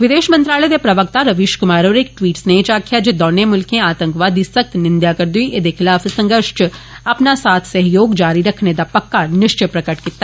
विदेश मंत्रालय दे प्रवक्ता रवीश क्मार होरें इक ट्वीट संदेशै च आक्खेया दौने मुल्खें आतंकवाद दी सख्त निंदेया करदे होई एदे खलाफ संघर्ष च अपना साथ सहयोग जारी रक्खने दा पक्का निश्चा प्रकट कीता